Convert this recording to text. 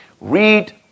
Read